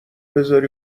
بزاری